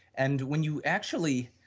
and when you actually,